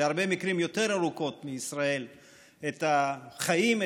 שבהרבה מקרים היו יותר ארוכות מבישראל את החיים,